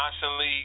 constantly